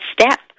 step